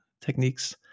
techniques